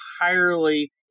entirely